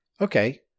Okay